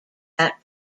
that